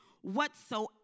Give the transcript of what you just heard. whatsoever